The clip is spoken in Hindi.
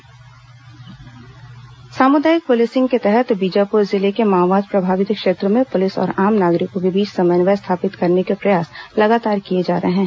माओवाद क्रिकेट सामुदायिक पुलिसिंग के तहत बीजापुर जिले के माओवाद प्रभावित क्षेत्रों में पुलिस और आम नागरिकों के बीच समन्वय स्थापित करने के प्रयास लगातार किए जा रहे हैं